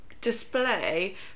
display